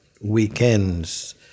weekends